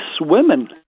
women